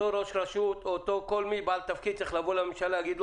אותו בעל תפקיד צריך לבוא לממשלה ולהגיד: